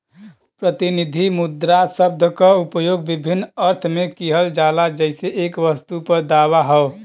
प्रतिनिधि मुद्रा शब्द क उपयोग विभिन्न अर्थ में किहल जाला जइसे एक वस्तु पर दावा हौ